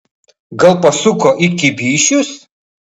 gal pasuko į kibyšius